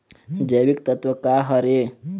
जैविकतत्व का हर ए?